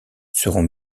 seront